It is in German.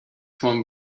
vom